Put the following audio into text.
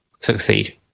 succeed